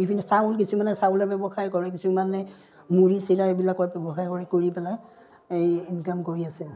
বিভিন্ন চাউল কিছুমানে চাউলৰ ব্যৱসায় কৰে কিছুমানে মুড়ি চিৰা এইবিলাকৰ ব্যৱসায় কৰে কৰি পেলাই এই ইনকাম কৰি আছে